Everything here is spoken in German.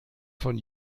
von